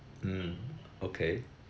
mm okay